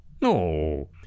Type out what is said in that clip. No